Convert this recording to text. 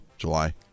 July